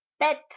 Bedtime